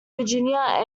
virginia